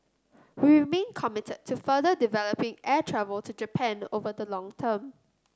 we remain committed to further developing air travel to Japan over the long term